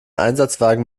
einsatzwagen